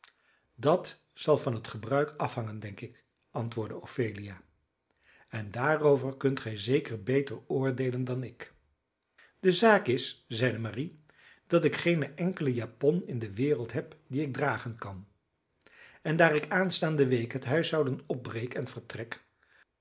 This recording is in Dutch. dat zal van het gebruik afhangen denk ik antwoordde ophelia en daarover kunt gij zeker beter oordeelen dan ik de zaak is zeide marie dat ik geene enkele japon in de wereld heb die ik dragen kan en daar ik aanstaande week het huishouden opbreek en vertrek